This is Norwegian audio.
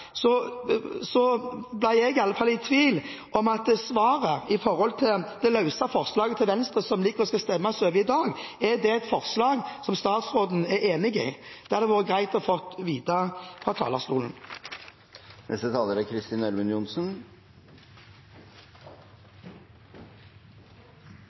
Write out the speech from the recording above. Så har jeg et spørsmål jeg håper statsråden kan svare på. I replikkordvekslingen med Venstre ble i alle fall jeg i tvil om svaret vedørende det løse forslaget til Venstre som ligger og skal stemmes over i dag. Er det et forslag statsråden er enig i? Det hadde vært greit å få vite fra talerstolen. Innvandring er